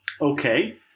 Okay